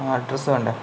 ആ അഡ്രസ്സ് വേണ്ടേ